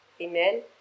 Amen